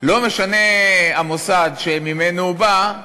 לא משנה המוסד שממנו הוא בא,